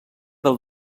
del